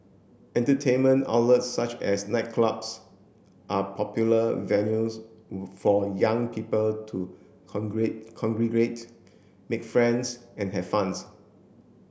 entertainment outlets such as nightclubs are popular venues for young people to congregate make friends and have fun's